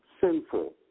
sinful